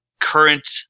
current